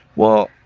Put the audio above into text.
well,